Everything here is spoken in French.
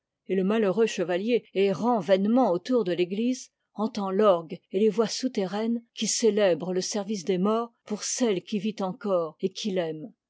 et le malheureux chevalier errant vainement autour de l'église entend t'orgue et les voix souterraines qui célèbrent le service des morts pour celle qui vit encore et qui l'aime